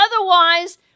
otherwise